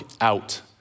out